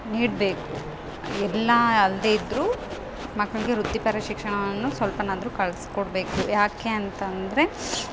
ನೀಡಬೇಕು ಎಲ್ಲ ಅಲ್ಲದೆ ಇದ್ರೂ ಮಕ್ಕಳಿಗೆ ವೃತ್ತಿಪರ ಶಿಕ್ಷಣಾನೂ ಸ್ವಲ್ಪನಾದ್ರೂ ಕಲ್ಸ್ ಕೊಡಬೇಕು ಯಾಕೆ ಅಂತಂದರೆ